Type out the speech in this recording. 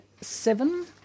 seven